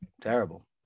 Terrible